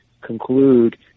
conclude